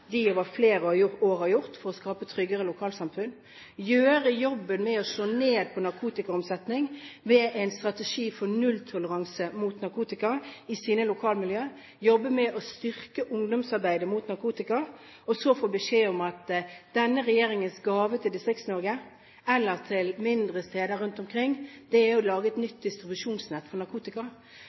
de over flere år har gjort for å skape tryggere lokalsamfunn – jobbet med å slå ned på narkotikaomsetning ved en strategi med nulltoleranse mot narkotika i sine lokalmiljø og jobbet med å styrke ungdomsarbeidet mot narkotika. Så får de beskjed om at denne regjeringens gave til Distrikts-Norge, eller til mindre steder rundt omkring, er å lage et nytt distribusjonsnett for narkotika